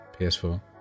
PS4